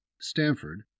Stanford